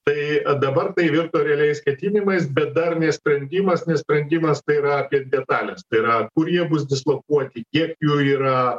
tai dabar tai virto realiais ketinimais bet dar ne sprendimas nes sprendimas tai yra apie detales tai yra kur jie dislokuoti kiek jų yra